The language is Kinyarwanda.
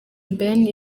ben